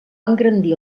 engrandir